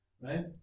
right